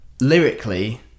lyrically